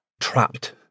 trapped